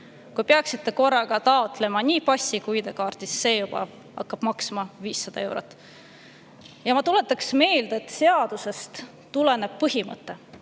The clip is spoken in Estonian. Kui peaksite korraga taotlema nii passi kui ka ID-kaarti, siis see hakkab maksma 500 eurot. Ma tuletan meelde, et seadusest tuleneb põhimõte,